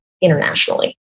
internationally